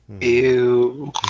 Ew